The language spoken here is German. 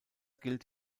gilt